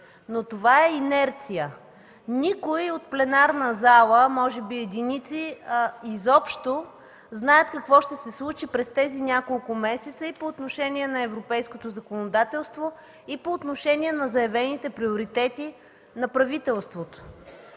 но това е инерция. Никой от пленарната зала, а може би единици изобщо знаят какво ще се случи през тези няколко месеца и по отношение на европейското законодателство, и по отношение на заявените приоритети на правителството.